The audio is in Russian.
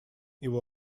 его